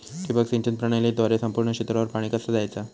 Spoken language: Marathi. ठिबक सिंचन प्रणालीद्वारे संपूर्ण क्षेत्रावर पाणी कसा दयाचा?